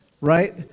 Right